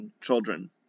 children